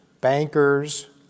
bankers